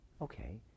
okay